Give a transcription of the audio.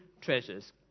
treasures